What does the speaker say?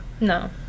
No